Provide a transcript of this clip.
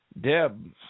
Deb